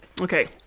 Okay